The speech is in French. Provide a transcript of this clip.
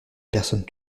personne